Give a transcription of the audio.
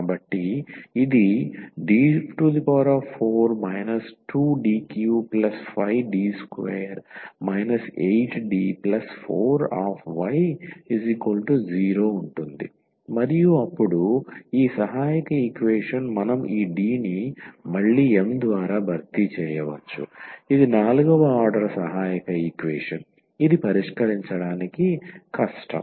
కాబట్టి ఇది D4 2D35D2 8D4y0 ఉంటుంది మరియు అప్పుడు ఈ సహాయక ఈక్వేషన్ మనం ఈ D ని మళ్ళీ m ద్వారా భర్తీ చేయవచ్చు ఇది నాల్గవ ఆర్డర్ సహాయక ఈక్వేషన్ ఇది పరిష్కరించడానికి కష్టం